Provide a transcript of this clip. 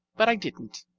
but i didn't.